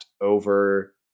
over